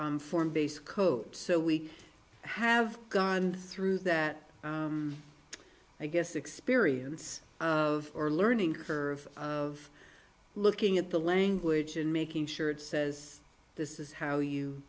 form base coat so we have gone through that i guess experience of our learning curve of looking at the language and making sure it says this is how you